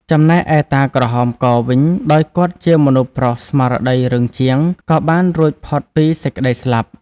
ចំណែកឯតាក្រហមកវិញ ដោយគាត់ជាមនុស្សប្រុសស្មារតីរឹងជាង ក៏បានរួចផុតពីសេចក្ដីស្លាប់ ។